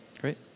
Great